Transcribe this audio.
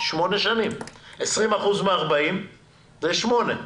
שהן 20% משנות עבודתך.